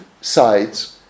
sides